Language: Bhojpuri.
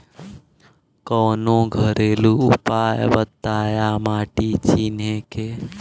कवनो घरेलू उपाय बताया माटी चिन्हे के?